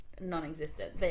non-existent